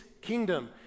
kingdom